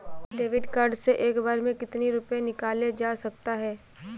David card से एक बार में कितनी रूपए निकाले जा सकता है?